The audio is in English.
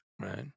Right